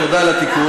תודה על התיקון.